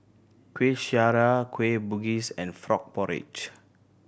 Kuih Syara Kueh Bugis and frog porridge